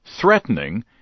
threatening